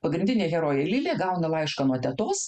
pagrindinė herojė lilė gauna laišką nuo tetos